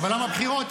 אבל למה בחירות?